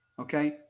Okay